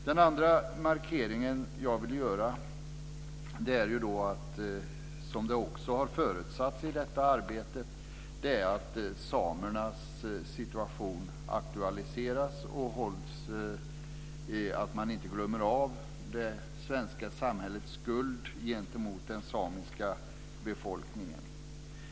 Den andra markering jag vill göra är att samernas situation aktualiseras så att man inte glömmer det svenska samhällets skuld gentemot den samiska befolkningen.